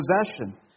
possession